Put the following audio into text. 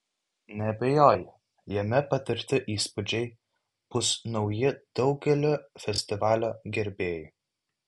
neabejoju jame patirti įspūdžiai bus nauji daugeliui festivalio gerbėjų